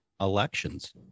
elections